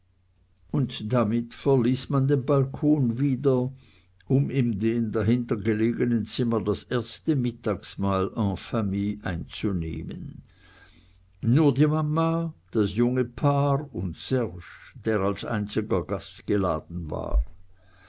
und damit verließ man den balkon wieder um in dem dahintergelegenen zimmer das erste mittagsmahl en famille einzunehmen nur die mama das junge paar und serge der als einziger gast geladen war